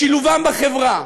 לשילובם בחברה,